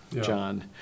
John